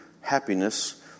happiness